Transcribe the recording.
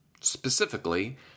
Specifically